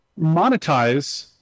monetize